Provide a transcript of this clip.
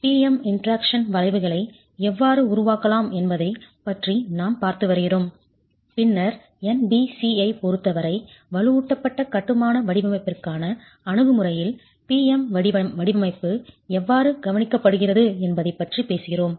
P M interaction வளைவுகளை எவ்வாறு உருவாக்கலாம் என்பதைப் பற்றி நாம் பார்த்து வருகிறோம் பின்னர் NBCயைப் பொறுத்தவரை வலுவூட்டப்பட்ட கட்டுமான வடிவமைப்பிற்கான அணுகுமுறையில் P M வடிவமைப்பு எவ்வாறு கவனிக்கப்படுகிறது என்பதைப் பற்றி பேசுகிறோம்